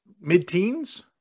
mid-teens